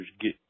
get